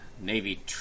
Navy